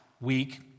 week